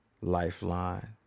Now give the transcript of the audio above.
Lifeline